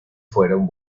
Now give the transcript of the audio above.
fueron